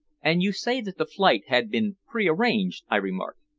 and you say that the flight had been prearranged? i remarked.